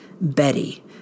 Betty